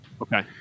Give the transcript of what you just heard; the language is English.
Okay